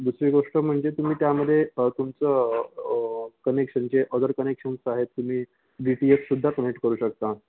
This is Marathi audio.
दुसरी गोष्ट म्हणजे तुम्ही त्यामध्ये तुमचं कनेक्शन कनेक्शन जे अदर कनेक्शन्स आहेत तुम्ही डी टी एच सुद्धा कनेक्ट करू शकता